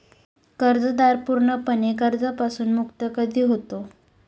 कर्जदार पूर्णपणे कर्जापासून मुक्त कधी होतो?